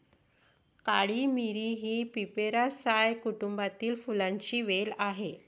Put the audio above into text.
काळी मिरी ही पिपेरासाए कुटुंबातील फुलांची वेल आहे